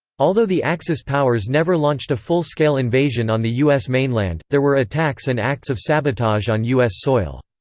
although the axis powers never launched a full-scale invasion on the u s. mainland, there were attacks and acts of sabotage on u s. soil.